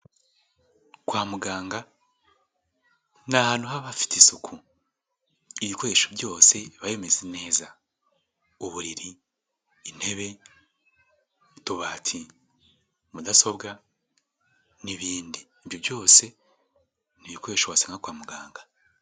Kwa muganga ni ahantu haba hafite isuku, ibikoresho byose biba bimeze neza uburiri, intebe, utubati mudasobwa n'ibindi, ibyo byose ni ibikoresho wasanga kwa muganga.